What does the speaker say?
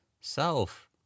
self